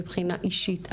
מבחינה אישית,